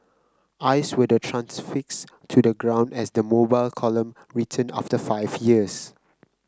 eyes were then transfixed to the ground as the Mobile Column returned after five years